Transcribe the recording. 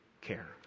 care